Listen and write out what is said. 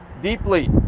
deeply